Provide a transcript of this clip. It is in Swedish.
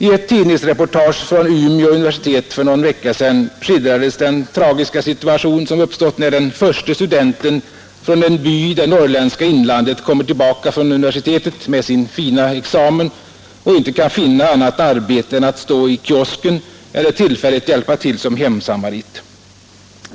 I ett tidningsreportage från Umeå universitet för några veckor sedan skildrades den tragiska situation som uppstår när den förste studenten från en by i det norrländska inlandet kommer tillbaka från universitetet med sin fina examen och inte kan finna annat arbete än att stå i kiosken eller tillfälligt hjälpa till som hemsamarit.